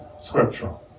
scriptural